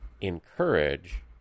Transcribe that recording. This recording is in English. encourage